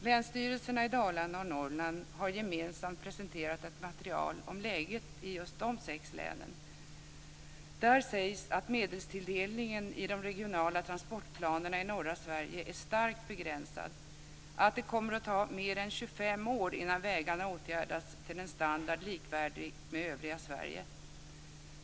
Länsstyrelserna i Dalarna och Norrland har gemensamt presenterat ett material om läget i just de sex länen. Där sägs att medelstilldelningen i de regionala transportplanerna i norra Sverige är starkt begränsad - att det kommer att ta mer än 25 år innan vägarna åtgärdas till en standard likvärdig med i övriga Sverige.